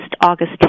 August